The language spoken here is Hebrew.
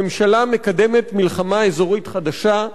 הממשלה מקדמת מלחמה אזורית חדשה,